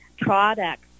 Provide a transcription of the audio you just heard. products